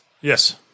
yes